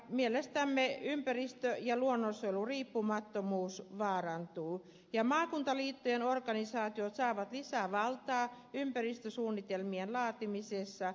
mielestämme ympäristön ja luonnonsuojelun riippumattomuus vaarantuu ja maakuntaliittojen organisaatiot saavat lisää valtaa ympäristösuunnitelmien laatimisessa